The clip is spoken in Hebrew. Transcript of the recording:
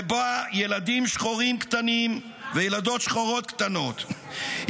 ובה ילדים שחורים קטנים וילדות שחורות קטנות,